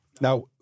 Now